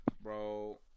Bro